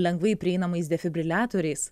lengvai prieinamais defibriliatoriais